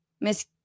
Miss